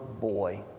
boy